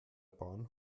bahn